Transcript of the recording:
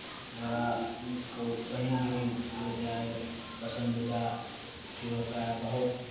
घोड़ा उनको कहीं भी ले जाए पसंदीदा चीज़ होता है बहुत